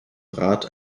rat